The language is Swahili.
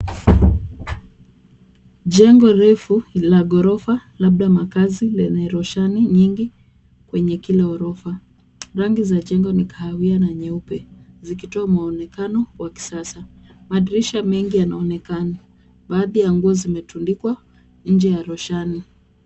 Jengo refu la ghorofa labda makaazi lenye roshani nyingi kwenye kila ghorofa. Rangi za jengo ni kahawia na nyeupe zikitoa muonekano wa kisasa. Madirisha mengi yanaonekana. Baadhi ya nguo zimetundikwa nje ya roshani.